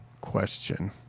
question